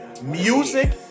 Music